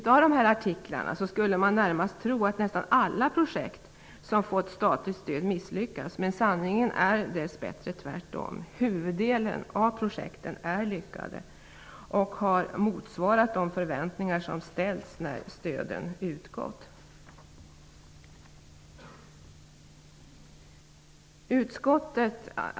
När man läser artiklarna får man närmast intrycket att nästan alla projekt som fått statligt stöd har misslyckats. Men sanningen är dess bättre tvärtom -- huvuddelen av projekten är lyckade och har motsvarat de förväntningar som ställts när stöden utgått.